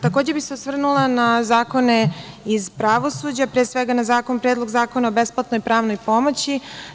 Takođe bih se osvrnula na zakone iz pravosuđa, pre svega na Predlog zakona o besplatnoj pravnoj pomoći.